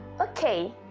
okay